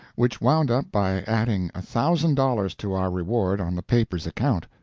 which wound up by adding a thousand dollars to our reward on the paper's account!